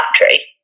battery